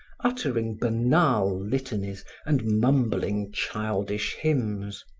uttering banal litanies and mumbling childish hymns.